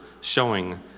showing